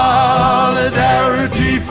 Solidarity